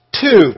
two